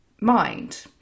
mind